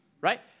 Right